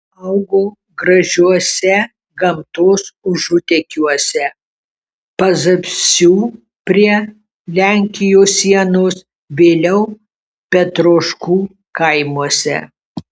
augo gražiuose gamtos užutekiuose pazapsių prie lenkijos sienos vėliau petroškų kaimuose